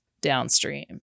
downstream